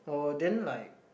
oh then like